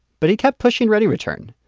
but he kept pushing readyreturn.